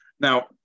Now